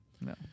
No